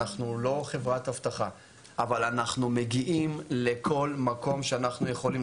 אנחנו לא חברת אבטחה אבל אנחנו מגיעים לכל מקום שאנחנו יכולים.